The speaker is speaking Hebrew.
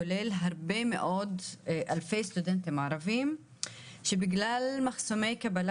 כולל אלפי סטודנטים ערבים שבגלל מחסומי קבלה